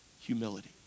Humility